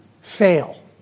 fail